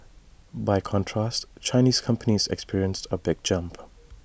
by contrast Chinese companies experienced A big jump